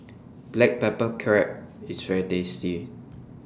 Black Pepper Crab IS very tasty